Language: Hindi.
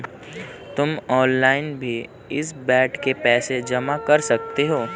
तुम ऑनलाइन भी इस बेड के पैसे जमा कर सकते हो